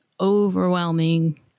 overwhelming